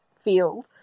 field